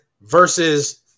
versus